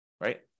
right